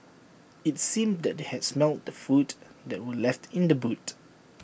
IT seemed that they had smelt the food that were left in the boot